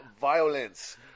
Violence